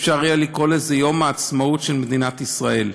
אפשר יהיה לקרוא לזה יום העצמאות של מדינת ישראל,